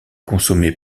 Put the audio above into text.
consommé